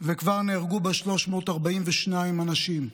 וכבר נהרגו בה 342 אנשים.